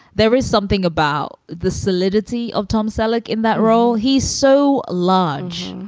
there is something about the solidity of tom selleck in that role he's so large.